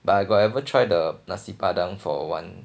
but I got ever try the nasi padang for one